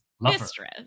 mistress